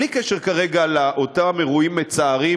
בלי קשר כרגע לאותם אירועים מצערים